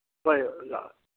ꯍꯣꯏ ꯑꯣꯖꯥ